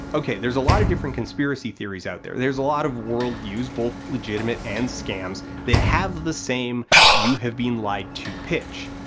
okay, there's a lot of different conspiracy theories out there, there's a lot of worldviews, both legitimate and scams, that have the same you have been lied to pitch.